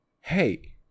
Hey